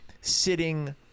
sitting